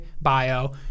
bio